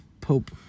Pope